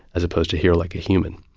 as opposed to hear like a human?